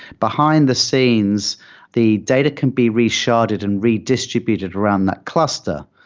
behind-the-scenes, the data can be resharded and redistributed around that cluster.